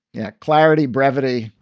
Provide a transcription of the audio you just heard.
yeah, clarity. brevity.